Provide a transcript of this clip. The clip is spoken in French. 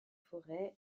forest